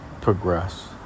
Progress